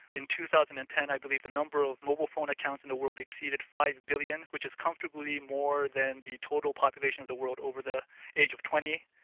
in two thousand and ten i believe the number of mobile phone accounts in the world exceeded five billion, which is comfortably more than the total population of the world over the age of twenty.